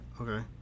okay